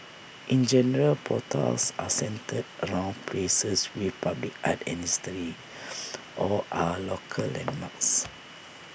in general portals are centred around places with public art and history or are local landmarks